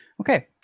Okay